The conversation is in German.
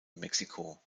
mexiko